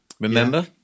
Remember